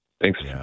Thanks